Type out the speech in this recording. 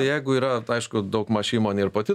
jeigu yra aišku daugmaž įmonė ir pati